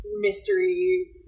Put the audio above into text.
mystery